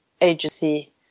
agency